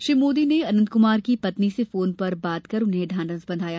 श्री मोदी ने अनंत कुमार की पत्नी से फोन पर बात कर उन्हें ढांढस बंधाया